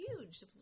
huge